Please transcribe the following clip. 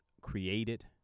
created